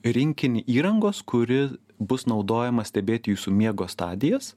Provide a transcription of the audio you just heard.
rinkinį įrangos kuri bus naudojama stebėti jūsų miego stadijas